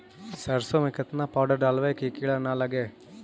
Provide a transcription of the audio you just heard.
सरसों में केतना पाउडर डालबइ कि किड़ा न लगे?